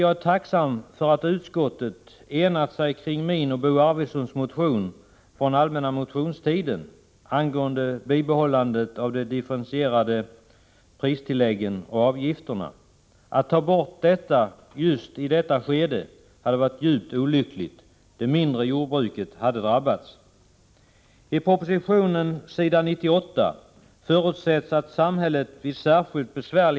Jag är tacksam för att utskottet enat sig om min och Bo Arvidsons motion från allmänna motionstiden beträffande bibehållande av de differentierade pristilläggen och avgifterna. Att ta bort dessa i just detta skede hade varit djupt olyckligt. Det mindre jordbruket hade drabbats.